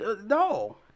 No